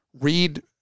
Read